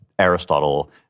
Aristotle